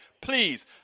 please